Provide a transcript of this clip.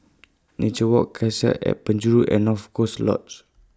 Nature Walk Cassia At Penjuru and North Coast Lodge